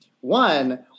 one